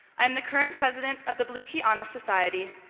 i am the current president of the blue key honor society,